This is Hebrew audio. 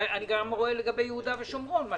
גם רואה מה קורה ביהודה ושומרון, מה